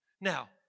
Now